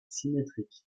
symétrique